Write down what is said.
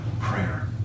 prayer